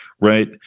right